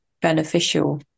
beneficial